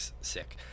sick